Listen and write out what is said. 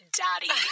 daddy